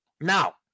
Now